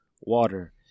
water